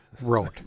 wrote